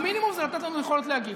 המינימום זה לתת לנו יכולת להגיב.